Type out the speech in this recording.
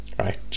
right